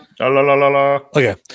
Okay